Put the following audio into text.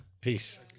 Peace